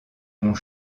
ont